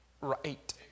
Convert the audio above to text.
right